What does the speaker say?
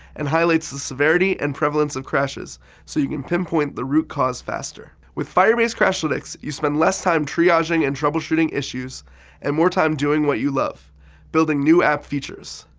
and highlights the severity and prevalence of crashes so you can pinpoint the root cause faster. with firebase crashlytics, you spend less time triaging and troubleshooting issues and more time doing what you love building new app features.